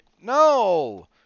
no